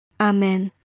Amen